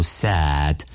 sad